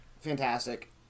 fantastic